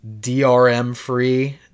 DRM-free